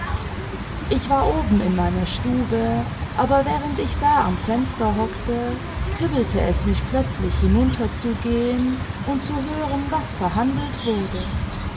ich war oben in meiner stube aber während ich da am fenster hockte kribbelte es mich plötzlich hinunterzugehen imd zu hören was verhandelt wurde